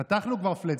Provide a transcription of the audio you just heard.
חתכנו כבר פלאט.